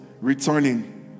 returning